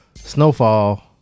Snowfall